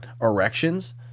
erections